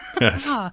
Yes